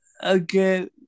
again